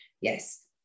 Yes